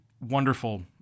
Wonderful